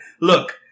look